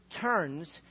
turns